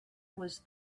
was